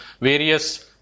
various